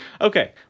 Okay